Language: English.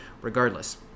regardless